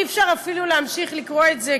אי-אפשר להמשיך לקרוא את זה,